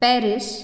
Paris